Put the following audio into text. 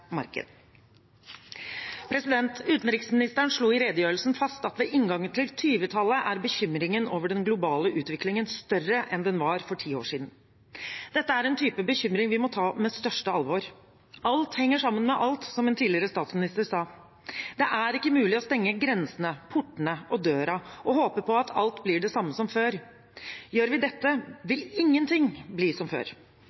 marked. Utenriksministeren slo i redegjørelsen fast at ved inngangen til 2020-tallet er bekymringen over den globale utviklingen større enn den var for ti år siden. Dette er en type bekymring vi må ta på største alvor. Alt henger sammen med alt, som en tidligere statsminister sa. Det er ikke mulig å stenge grensene, portene og døra og håpe på at alt blir det samme som før. Gjør vi dette,